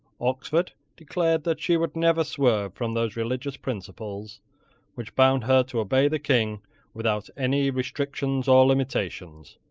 oxford declared that she would never swerve from those religious principles which bound her to obey the king without any restrictions or limitations.